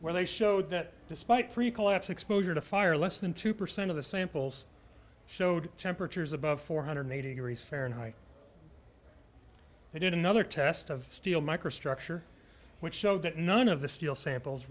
where they showed that despite pre collapse exposure to fire less than two percent of the samples showed temperatures above four hundred eighty degrees fahrenheit i did another test of steel microstructure which showed that none of the steel samples